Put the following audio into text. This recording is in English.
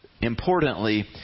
importantly